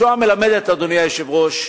השואה מלמדת, אדוני היושב-ראש,